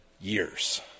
years